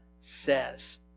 says